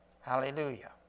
Hallelujah